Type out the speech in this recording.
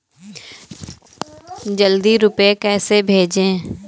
जल्दी रूपए कैसे भेजें?